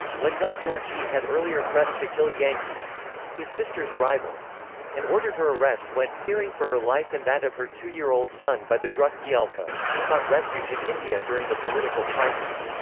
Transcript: lhendup dorji had earlier threatened to kill yanki his sister's rival and ordered her arrest when, fearing for her life and that of her two year old son by the druk gyalpo, she sought refuge in india during the political crisis.